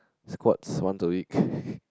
squats once a week